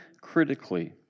critically